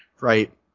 right